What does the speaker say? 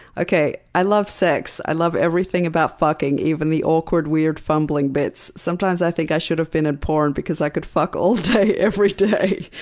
okay, i love sex. i love everything about fucking, even the awkward weird fumbling bits. sometimes i think i should've been in porn, because i could fuck all day every day.